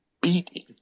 beating